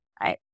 right